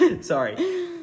Sorry